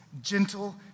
gentle